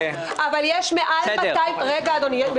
רק רגע, אדוני.